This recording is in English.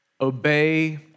obey